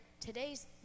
Today's